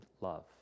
love